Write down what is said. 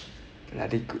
I